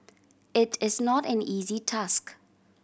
it is not an easy task